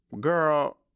girl